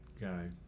guy